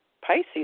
pisces